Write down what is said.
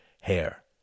hair